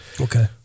Okay